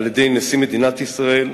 על-ידי נשיא מדינת ישראל,